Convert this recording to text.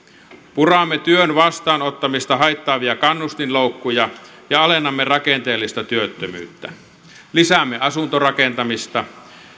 puramme työn vastaanottamista haittaavia kannustinloukkuja ja alennamme rakenteellista työttömyyttä lisäämme asuntorakentamista